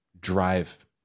drive